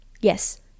Yes